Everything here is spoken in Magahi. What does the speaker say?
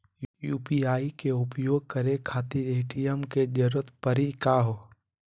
यू.पी.आई के उपयोग करे खातीर ए.टी.एम के जरुरत परेही का हो?